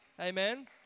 Amen